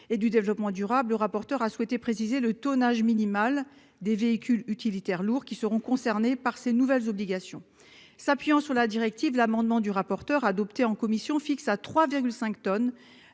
et du développement durable, le rapporteur a souhaité préciser le tonnage minimale des véhicules utilitaires lourds qui seront concernés par ces nouvelles obligations. S'appuyant sur la directive l'amendement du rapporteur adopté en commission fixe à 3,5 tonnes